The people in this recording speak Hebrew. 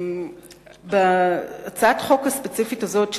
את הצעת החוק הספציפית הזאת,